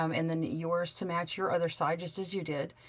um and then yours to match your other side just as you did.